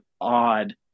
odd